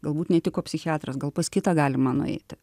galbūt netiko psichiatras gal pas kitą galima nueiti